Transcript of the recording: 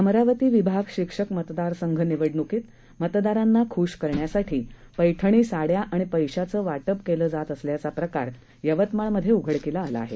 अमरावतीविभागशिक्षकमतदारसंघनिवडण्कीतमतदारांनाख्शकरण्यासाठीपैठणीसा ड्याआणिपैशाचंवाटपकेलंजातअसल्याचाप्रकारयवतमाळमध्येउघडकीलाआलाआहे